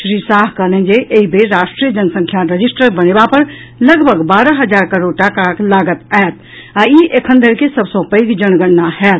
श्री शाह कहलनि जे एहि बेर राष्ट्रीय जनसंख्या रजिस्ट्रर बनेबा पर लगभग बारह हजार करोड़ टाका लागत आ ई एखनधरि के सभ सॅ पैघ जनगणना होयत